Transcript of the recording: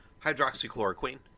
hydroxychloroquine